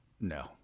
no